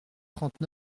trente